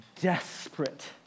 desperate